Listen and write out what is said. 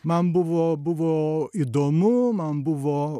man buvo buvo įdomu man buvo